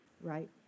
Right